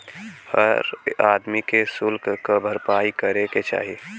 हर आदमी के सुल्क क भरपाई करे के चाही